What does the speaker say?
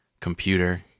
computer